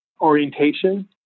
orientation